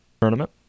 tournament